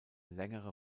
längere